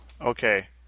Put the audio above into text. okay